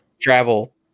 travel